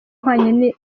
ahwanye